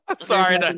sorry